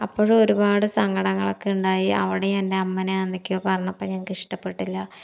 അപ്പോഴും ഒരുപാട് സങ്കടങ്ങളൊക്കെയുണ്ടായി അവിടെയും എൻ്റെമ്മനെ പറഞ്ഞപ്പോൾ ഞങ്ങൾക്ക് ഇഷ്ടപ്പെട്ടില്ല